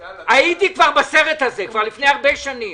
הייתי בסרט הזה כבר לפני הרבה שנים.